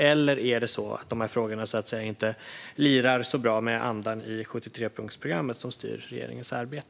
Eller är det på det sättet att de här frågorna inte lirar särskilt bra med andan i 73-punktsprogrammet, som styr regeringens arbete?